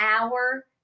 hour